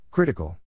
Critical